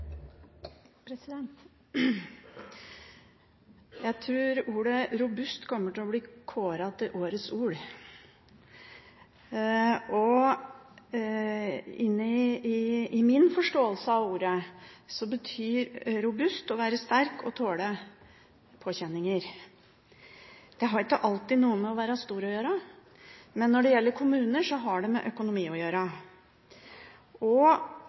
Jeg tror ordet «robust» kommer til å bli kåret til årets ord. I min forståelse av ordet betyr «robust» å være sterk og tåle påkjenninger. Det har ikke alltid noe med å være stor å gjøre, men når det gjelder kommuner, har det med økonomi å gjøre.